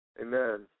Amen